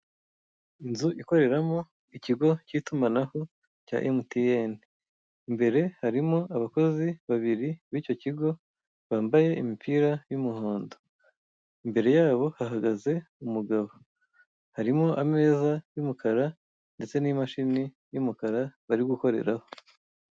Inzu ikoreramo ikigo k'itumanaho cya Emutiyene, imbere harimo abakozi babiri b'icyo kigo bambaye imipira y'umuhondo, imbere yabo hahagaze umugabo, harimo ameza y'umukara ndetse n'imashini y'umukara bari gukoreraho.